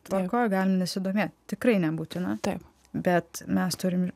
atrankoj gali nesidomėt tikrai nebūtina taip bet mes turim